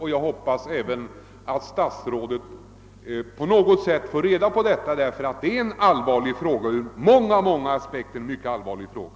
Jag hoppas även att statsrådet på något sätt får reda på detta, ty det gäller en ur många aspekter mycket allvarlig fråga.